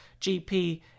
gp